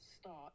start